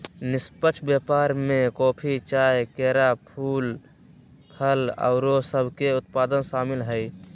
निष्पक्ष व्यापार में कॉफी, चाह, केरा, फूल, फल आउरो सभके उत्पाद सामिल हइ